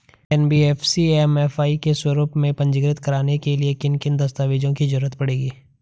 NBFC MFI के रूप में पंजीकृत कराने के लिए किन किन दस्तावेजों की जरूरत पड़ेगी?